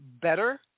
better